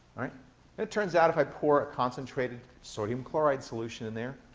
it turns out, if i pour a concentrated sodium chloride solution in there,